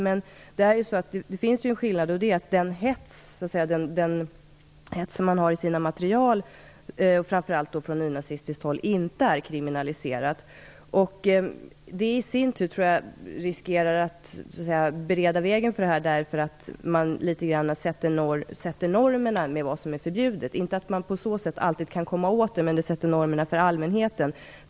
Men det finns en skillnad, och det är att den hets som angriparna har i sina material, framför allt från nynazistiskt håll, inte är kriminaliserat. Det i sin tur tror jag riskerar att bereda vägen för angrepp, eftersom man på sätt och vis sätter normerna med vad som är förbjudet. Jag tror inte att man på så sätt alltid kan komma åt problemet, men det sätter normerna för allmänheten.